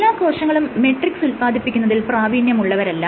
എല്ലാ കോശങ്ങളും മെട്രിക്സ് ഉത്പ്പാദിപ്പിക്കുന്നതിൽ പ്രാവീണ്യമുള്ളവരല്ല